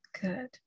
Good